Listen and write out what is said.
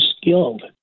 skilled